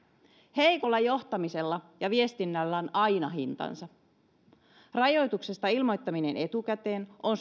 heikolla johtamisella ja viestinnällä on aina hintansa rajoituksesta ilmoittaminen etukäteen on